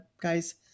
guy's